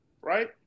Right